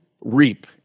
reap